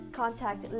contact